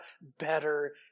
better